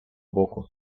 боку